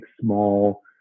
small